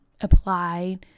apply